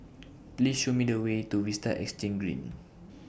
Please Show Me The Way to Vista Exhange Green